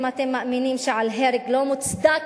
אם אתם מאמינים שעל הרג לא מוצדק,